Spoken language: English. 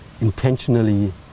intentionally